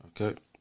Okay